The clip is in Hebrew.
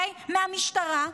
מהמשטרה,